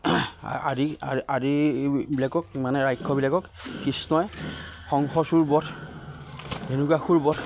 আদি আদিবিলাকক মানে ৰাক্ষসবিলাকক কৃষ্ণই শংখচূড় বধ ধেনুকাসুৰ বধ